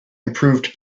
improved